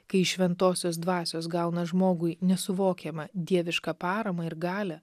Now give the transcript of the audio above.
kai šventosios dvasios gauna žmogui nesuvokiamą dievišką paramą ir galią